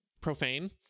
profane